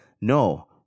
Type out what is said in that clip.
no